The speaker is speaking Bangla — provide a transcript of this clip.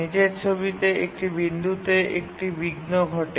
নীচের ছবিতে একটি বিন্দুতে একটি বিঘ্ন ঘটে